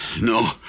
No